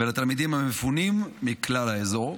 ולתלמידים מפונים מכלל האזור.